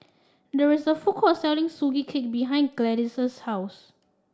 there is a food court selling Sugee Cake behind Gladyce's house